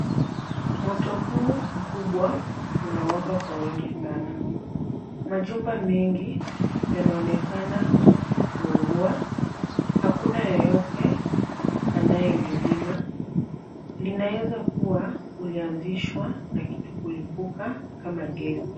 Moto huu mkubwa unawaka kwa wingi sana. Majumba mengi yanaonekana kuungua. Hakuna yeyote anayelizima. Linaeza kuwa ulianzishwa na kitu kulipuka kama gesi.